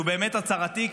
שהוא באמת הצהרתי,